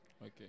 Okay